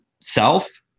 self